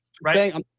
right